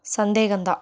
சந்தேகம் தான்